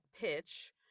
pitch